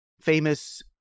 famous